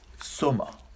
Soma